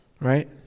Right